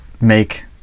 make